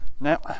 Now